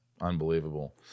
Unbelievable